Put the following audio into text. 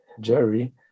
Jerry